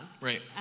Right